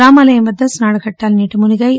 రామాలయం వద్ద స్నానఘట్టాలు నీటమునిగాయి